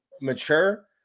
mature